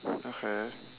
okay